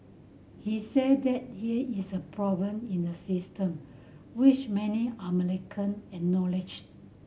he said that here is a problem in the system which many American acknowledged